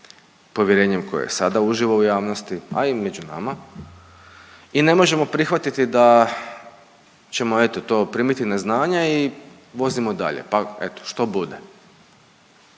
povjerenjem koje sada uživa u javnosti, a i među nama i ne možemo prihvatiti da ćemo eto to primiti na znanje i vozimo dalje, pa eto što bude.